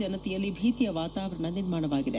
ಜನತೆಯಲ್ಲಿ ಭೀತಿಯ ವಾತವರಣ ನಿರ್ಮಾಣವಾಗಿದೆ